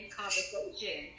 conversation